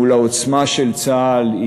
מול העוצמה של צה"ל,